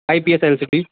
IPA seven fifty